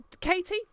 Katie